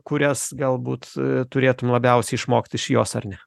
kurias galbūt a turėtum labiausiai išmokti iš jos ar ne